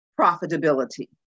profitability